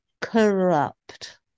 corrupt